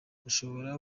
ushobora